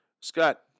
Scott